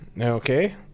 Okay